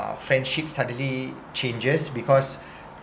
uh friendship suddenly changes because